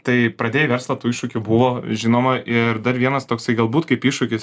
tai pradėjai verslą tų iššūkių buvo žinoma ir dar vienas toksai galbūt kaip iššūkis